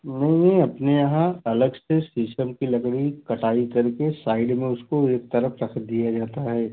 नहीं ये अपने यहाँ अलग से शीशम की लकड़ी कटाई कर के साइड में उसको एक तरफ़ रख दिया जाता है